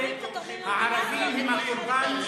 זה כולל את, הם הקורבן.